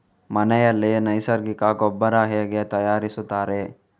ಮನೆಯಲ್ಲಿ ನೈಸರ್ಗಿಕ ಗೊಬ್ಬರ ಹೇಗೆ ತಯಾರಿಸುತ್ತಾರೆ?